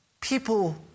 people